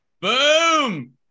Boom